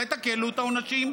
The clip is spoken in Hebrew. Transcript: אולי תקלו את העונשים?